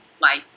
life